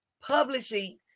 publishing